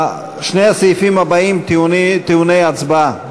שני הסעיפים הבאים טעונים הצבעה.